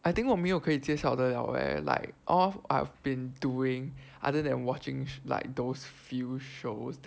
I think 我们没有可以介绍的了 leh like all I've been doing other than watching like those few shows